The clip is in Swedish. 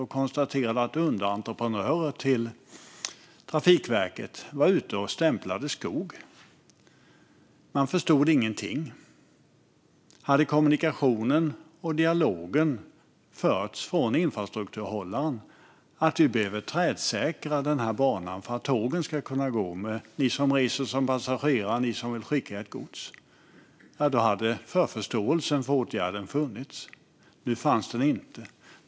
Man konstaterade att underentreprenörer till Trafikverket var ute och stämplade skog. Man förstod ingenting. Om kommunikationen och dialogen hade förts från infrastrukturhållaren om att banan behövde trädsäkras för att tågen skulle kunna gå och för att man skulle kunna resa som passagerare och skicka sitt gods hade förförståelsen för åtgärden funnits. Nu fanns den inte.